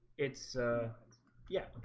it's yeah,